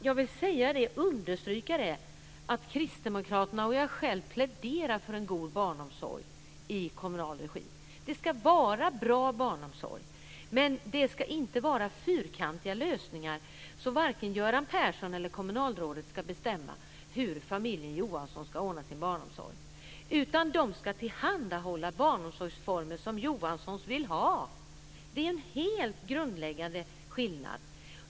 Jag vill understryka att Kristdemokraterna och jag själv pläderar för en god barnomsorg i kommunal regi. Det ska vara bra barnomsorg, men det ska inte vara fyrkantiga lösningar. Vare sig Göran Persson eller kommunalrådet ska bestämma hur familjen Johansson ska ordna sin barnomsorg. I stället ska de tillhandahålla barnomsorgsformer som Johanssons vill ha. Det är en helt grundläggande skillnad.